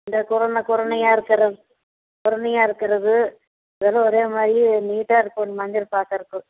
இந்த குருண குருணையாக இருக்கிறது குருணையாக இருக்கறது எல்லாம் ஒரேமாதிரி நீட்டாக இருக்கணும் மஞ்சள் பார்க்கறக்கு